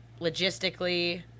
logistically